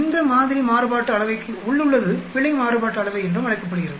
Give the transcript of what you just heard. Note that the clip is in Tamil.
இந்த மாதிரி மாறுபாட்டு அளவைக்கு உள்ளுள்ளது பிழை மாறுபாட்டு அளவை என்றும் அழைக்கப்படுகிறது